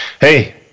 hey